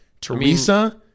Teresa